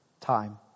time